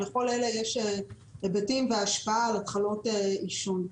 לכל אלה יש היבטים והשפעה על התחלות עישון.